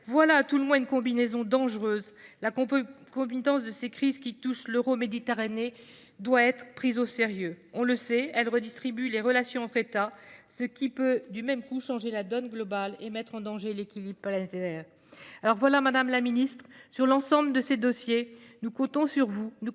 voilà, à tout le moins, une combinaison dangereuse. La concomitance de ces crises qui touchent l’Euroméditerranée doit être prise au sérieux. On le sait, elles redistribuent les relations entre États. Elles peuvent, du même coup, changer la donne globale et mettre en danger l’équilibre planétaire. Madame la secrétaire d’État, sur l’ensemble de ces dossiers, nous comptons sur vous. La